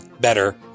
better